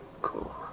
Cool